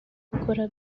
gukora